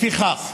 לפיכך,